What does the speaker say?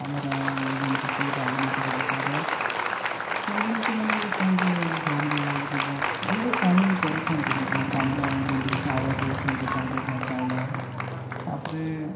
ଆମର ଯେମତିକି ରାଜନୈତିକି ବିଷୟରେ ରାଜନୀତିକମାନେ ଏବେ ତାଙ୍କେ ଭୋଟ୍ ଦେଲାବେଳକୁ ବହୁତ ଏମିତି କାମ ବି କରିଛନ୍ତି ବି ବହୁତ ଆମର ଯେମତିକି ଚାଉଳ ଦେଉଛନ୍ତି ଟଙ୍କାକିଆ ଚାଉଳ ତାପରେ